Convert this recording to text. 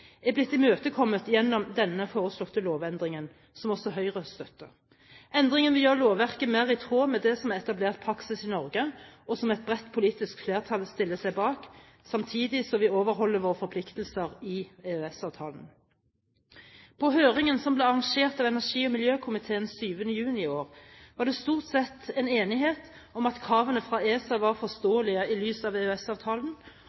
er blitt imøtekommet gjennom denne foreslåtte lovendringen, som også Høyre støtter. Endringene vil gjøre lovverket mer i tråd med det som er etablert praksis i Norge, og som et bredt politisk flertall stiller seg bak, samtidig som vi overholder våre forpliktelser i henhold til EØS-avtalen. På høringen, som ble arrangert av energi- og miljøkomiteen 7. juni i år, var det stort sett enighet om at kravene fra ESA var